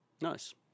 Nice